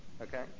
Okay